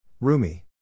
Rumi